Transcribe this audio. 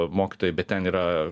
mokytojai bet ten yra